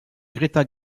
greta